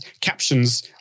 captions